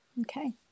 okay